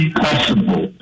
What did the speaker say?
possible